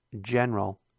general